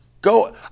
Go